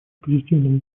позитивном